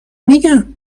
میگم